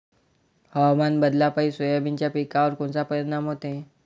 हवामान बदलापायी सोयाबीनच्या पिकावर कोनचा परिणाम होते?